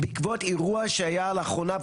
בעקבות האירוע שהיה לאחרונה,